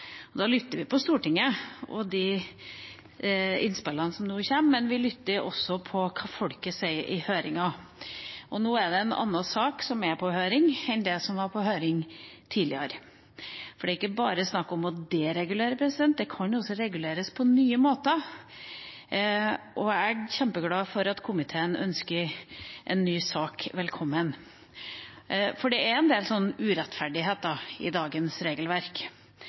og da lytter vi til Stortinget og de innspillene som kommer nå. Men vi lytter også til hva folket sier i høringen. Nå er det en annen sak som er på høring enn den som var på høring tidligere. For det er ikke bare snakk om å deregulere, det kan også reguleres på nye måter. Jeg er kjempeglad for at komiteen ønsker en ny sak velkommen, for det er en del urettferdigheter i dagens regelverk.